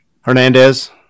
Hernandez